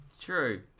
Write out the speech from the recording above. True